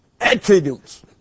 attributes